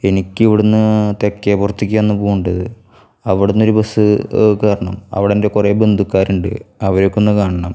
എനിക്ക് ഇവിടെ നിന്ന് തെക്കേപ്പുറത്തേക്കാണ് പോവേണ്ടത് അവിടെ നിന്നൊരു ബസ് കയറണം അവിടെ എൻ്റെ കുറേ ബന്ധുക്കാരുണ്ട് അവരെയൊക്കെ ഒന്ന് കാണണം